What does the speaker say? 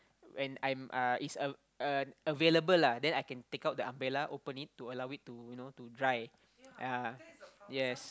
when I'm uh is a a available lah then I can take out the umbrella open it to allow it to you know to dry yea yes